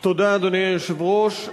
תודה, אדוני היושב-ראש.